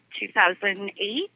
2008